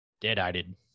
dead-eyed